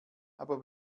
aber